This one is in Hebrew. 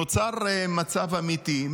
נוצר מצב אמיתי,